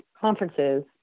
conferences